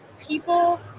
people